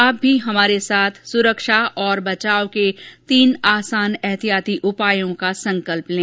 आप भी हमारे साथ सुरक्षा और बचाव के तीन आसान एहतियाती उपायों का संकल्प लें